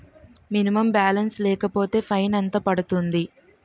Minimum balance లేకపోతే fine ఎంత పడుతుంది?